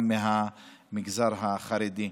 גם מהמגזר החרדי.